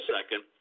second